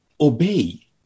obey